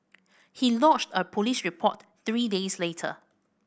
he lodged a police report three days later